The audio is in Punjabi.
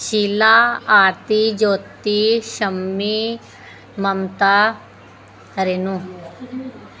ਸ਼ੀਲਾ ਆਰਤੀ ਜੋਤੀ ਸ਼ੰਮੀ ਮਮਤਾ ਰੇਨੁ